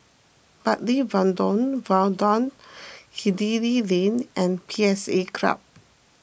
Bartley Viaduct Hindhede Lane and P S A Club